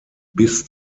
bis